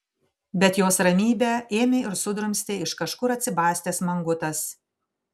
bet jos ramybę ėmė ir sudrumstė iš kažkur atsibastęs mangutas